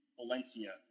Valencia